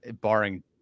barring